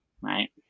right